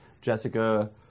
Jessica